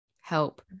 Help